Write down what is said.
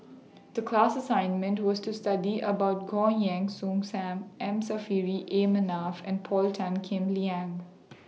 The class assignment was to study about Goh Heng Soon SAM M Saffri A Manaf and Paul Tan Kim Liang